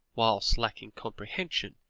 whilst lacking comprehension,